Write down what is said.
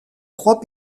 trois